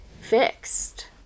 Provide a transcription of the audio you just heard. fixed